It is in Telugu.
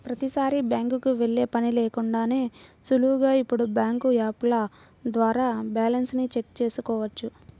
ప్రతీసారీ బ్యాంకుకి వెళ్ళే పని లేకుండానే సులువుగా ఇప్పుడు బ్యాంకు యాపుల ద్వారా బ్యాలెన్స్ ని చెక్ చేసుకోవచ్చు